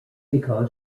because